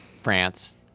France